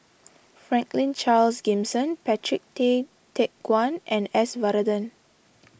Franklin Charles Gimson Patrick Tay Teck Guan and S Varathan